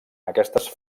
aquestes